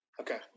Okay